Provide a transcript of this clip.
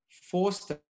forced